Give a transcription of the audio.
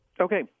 Okay